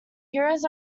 heroes